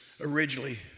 originally